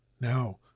now